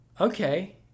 Okay